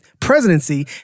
presidency